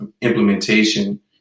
implementation